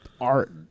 art